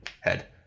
head